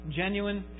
genuine